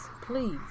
Please